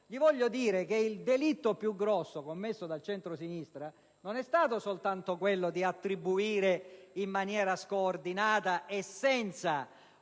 Marino, dico che il delitto più grande commesso dal centrosinistra non è stato quello di attribuire in maniera scoordinata e senza